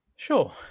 Sure